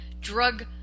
drug